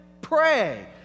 pray